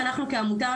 שאנחנו כעמותה,